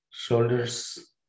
Shoulders